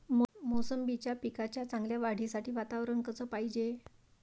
मोसंबीच्या पिकाच्या चांगल्या वाढीसाठी वातावरन कस पायजे?